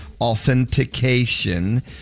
authentication